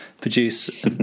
produce